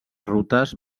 rutes